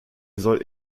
soll